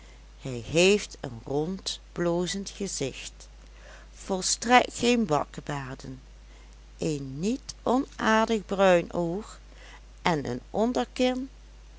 hij heeft een rond blozend gezicht volstrekt geen bakkebaarden een niet onaardig bruin oog en een onderkin